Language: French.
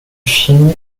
film